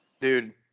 Dude